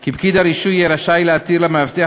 כי פקיד הרישוי יהיה רשאי להתיר למאבטח